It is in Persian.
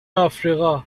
آفریقا